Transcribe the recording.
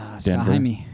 Denver